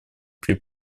при